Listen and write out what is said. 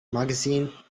magazine